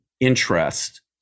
interest